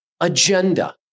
agenda